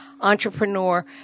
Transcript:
entrepreneur